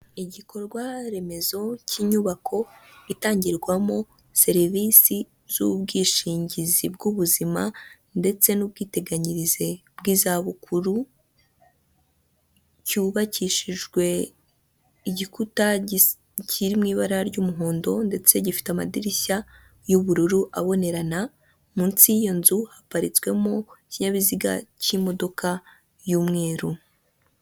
Igikorwa remezo cy'inyubako itangirwamo serivisi z'u ubwishingizi bw'ubuzima ndetse n'ubwiteganyirize bw'izabukuru, cyubakishijwe igikuta kiri mu ibara ry'umuhondo ndetse gifite amadirishya y'ubururu abonerana, munsi y'iyo nzu haparitswemo ikinyabiziga cy'imodoka y'umweru.